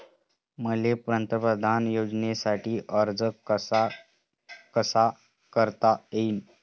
मले पंतप्रधान योजनेसाठी अर्ज कसा कसा करता येईन?